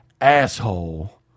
asshole